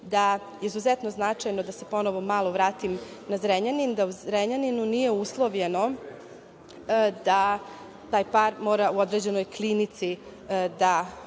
da je izuzetno značajno, da se ponovo malo vratim na Zrenjanin, da u Zrenjaninu nije uslovljeno da taj par mora u određenoj klinici da